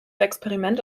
experiment